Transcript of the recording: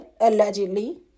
allegedly